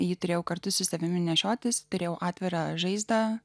jį turėjau kartu su savimi nešiotis turėjau atvirą žaizdą